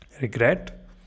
regret